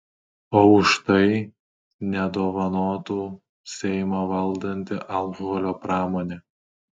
o už tai nedovanotų seimą valdanti alkoholio pramonė